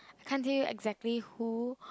can't tell you exactly who